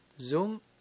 Zoom